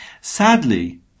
Sadly